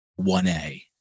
1A